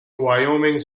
wyoming